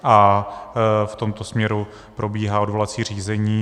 A v tomto směru probíhá odvolací řízení.